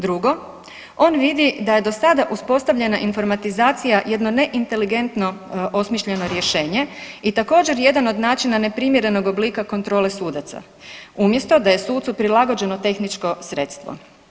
Drugo, on vidi da je do sada uspostavljena informatizacija, jedno neinteligentno osmišljeno rješenje i također jedan od način neprimjerenog oblika kontrole sudaca umjesto da je sucu prilagođeno tehničko sredstvo.